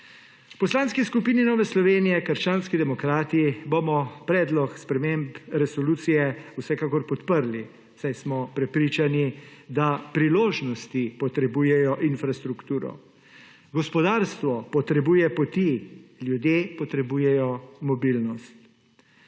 Poslanski skupini Nove Slovenije – krščanski demokrati bomo predlog sprememb resolucije vsekakor podprli, saj smo prepričani, da priložnosti potrebujejo infrastrukturo. Gospodarstvo potrebuje poti, ljudje potrebujejo mobilnost.